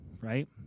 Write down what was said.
right